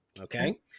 Okay